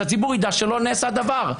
שהציבור ידע שלא נעשה דבר,